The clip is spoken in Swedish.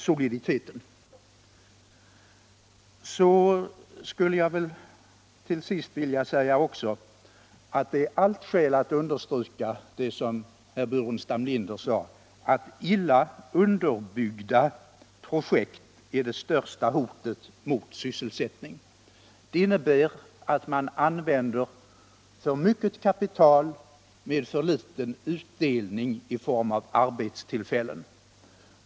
Till sist skulle jag också vilja säga att det är allt skäl att understryka vad herr Burenstam Linder framhöll — att illa underbyggda projekt är det största hotet mot sysselsättningen. Det innebär att man använder för mycket kapital med för litet utdelning i form av arbetstillfällen.